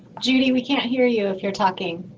judy, we can't hear you if you're talking.